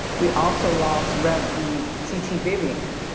we also lost reverend c. t. vivian.